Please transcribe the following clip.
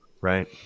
Right